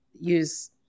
use